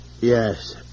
Yes